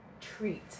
treat